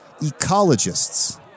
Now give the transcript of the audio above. ecologists